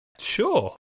Sure